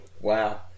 wow